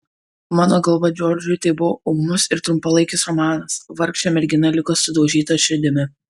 mano galva džordžui tai buvo ūmus ir trumpalaikis romanas vargšė mergina liko sudaužyta širdimi